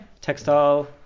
textile